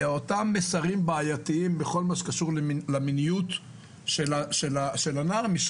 מסרים בעייתיים בכל מה שקשור למיניות של הנוער כי